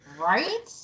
Right